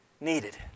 needed